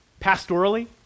Pastorally